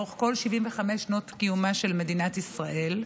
לאורך כל 75 שנות קיומה של מדינת ישראל.